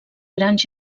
grans